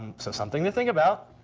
so something to think about.